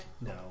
No